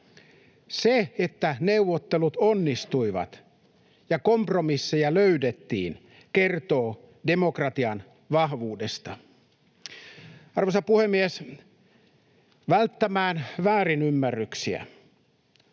Se, että neuvottelut onnistuivat ja kompromisseja löydettiin, kertoo demokratian vahvuudesta. Arvoisa puhemies! Välttääksemme väärinymmärryksiä: